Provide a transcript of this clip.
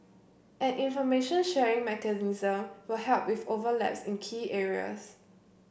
an information sharing mechanism will help with overlaps in key areas